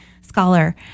scholar